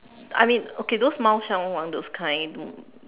I mean okay those Mao Shan Wang those kind